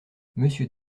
monsieur